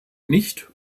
nicht